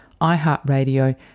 iHeartRadio